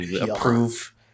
Approve